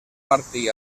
martí